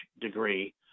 degree